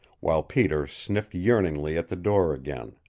while peter sniffed yearningly at the door again.